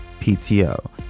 PTO